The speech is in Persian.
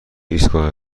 ایستگاه